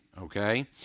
okay